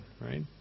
right